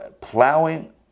plowing